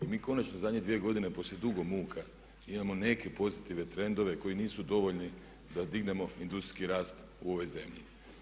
Jer mi konačno u zadnje dvije godine poslije dugo muka imamo neke pozitivne trendove koji nisu dovoljni da dignemo industrijski rast u ovoj zemlji.